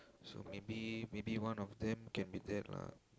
so maybe maybe one of them can be that lah